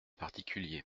particulier